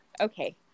Okay